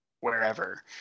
wherever